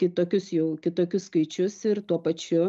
kitokius jau kitokius skaičius ir tuo pačiu